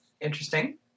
Interesting